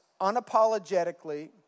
unapologetically